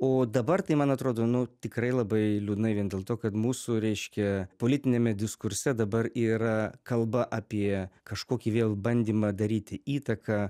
o dabar tai man atrodo nu tikrai labai liūdnai vien dėl to kad mūsų reiškia politiniame diskurse dabar yra kalba apie kažkokį vėl bandymą daryti įtaką